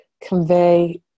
convey